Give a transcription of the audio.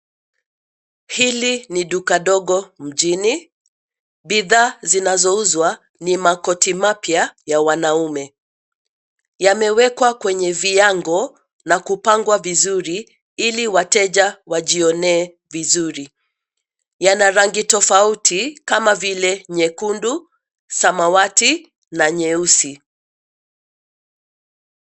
Hili ni duka dogo mjini, bidhaa zinazouzwa, ni makoti mapya ya wanaume, yamewekwa kwenye viango, na kupangwa vizuri, ili wateja, wajionee vizuri, yana rangi tofauti kama vile nyekundu, samawati na nyeusi.